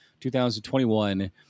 2021